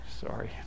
Sorry